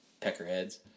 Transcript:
peckerheads